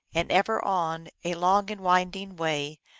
and ever on, a long and winding way,